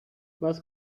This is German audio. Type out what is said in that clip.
was